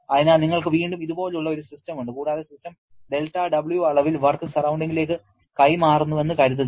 അതിനാൽ നിങ്ങൾക്ക് വീണ്ടും ഇതുപോലുള്ള ഒരു സിസ്റ്റം ഉണ്ട് കൂടാതെ സിസ്റ്റം δW അളവിൽ വർക്ക് സറൌണ്ടിങ്ങിലേക്ക് കൈമാറുന്നുവെന്ന് കരുതുക